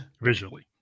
Visually